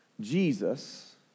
Jesus